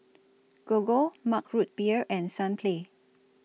Gogo Mug Root Beer and Sunplay